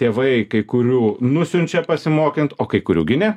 tėvai kai kurių nusiunčia pasimokint o kai kurių gi ne